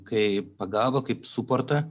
kaip pagalbą kaip suportą